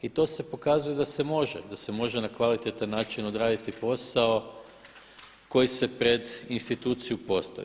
I to se pokazuje da se može, da se može na kvalitetan način odraditi posao koji se pred instituciju postavi.